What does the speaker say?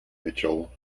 mitchell